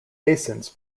basins